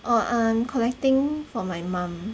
oh err I'm collecting for my mum